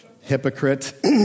Hypocrite